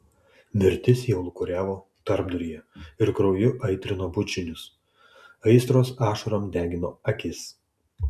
mirtis jau lūkuriavo tarpduryje ir krauju aitrino bučinius aistros ašarom degino akis